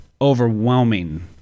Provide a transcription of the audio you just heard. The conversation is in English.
Overwhelming